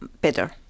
better